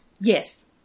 yes